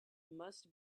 must